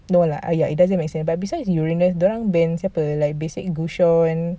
no lah ah ya it doesn't make sense but besides uranus dia orang ban siapa like basic gusion